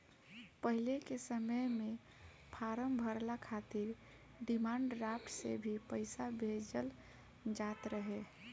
पहिले के समय में फार्म भरला खातिर डिमांड ड्राफ्ट से ही पईसा भेजल जात रहे